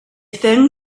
thin